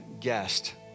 guest